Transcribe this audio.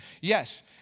Yes